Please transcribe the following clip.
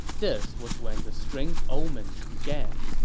this was when the strange omens began